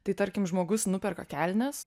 tai tarkim žmogus nuperka kelnes